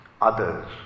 others